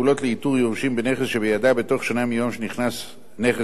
בנכס שבידה בתוך שנה מיום שנכס זה הגיע לידיה.